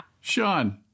Sean